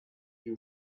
you